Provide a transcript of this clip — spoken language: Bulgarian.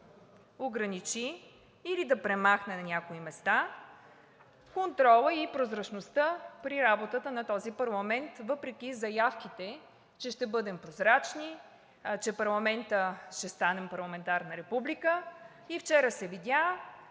ограничи или да премахне на някои места контрола и прозрачността при работата на този парламент въпреки заявките, че ще бъдем прозрачни, че ще станем парламентарна република. Вчера се видя